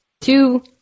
Two